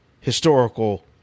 historical